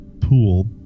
pool